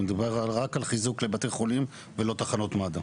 מדובר רק על חיזוק לבתי חולים ולא תחנות מד"א.